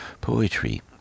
poetry